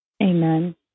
Amen